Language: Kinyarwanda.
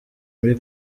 muri